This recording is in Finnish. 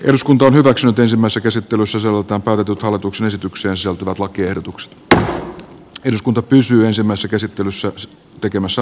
eduskunta on hyväksynyt ensimmäiseksi tunnusosalta vaaditut hallituksen esitykseen sopivat edellyttää että kuntatalouden uusi ohjausjärjestelmä sekä niin sanottu